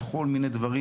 וכל מיני דברים.